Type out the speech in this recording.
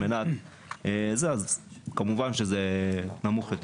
אז כמובן שזה נמוך יותר.